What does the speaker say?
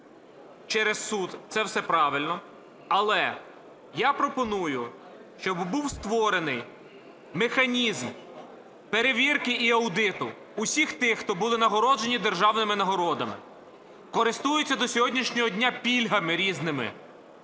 через суд – це все правильно. Але я пропоную, щоб був створений механізм перевірки і аудиту усіх тих, хто були нагороджені державними нагородами, користуються до сьогоднішнього дня пільгами різними,